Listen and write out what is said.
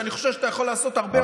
כשאני חושב שאתה יכול לעשות הרבה יותר,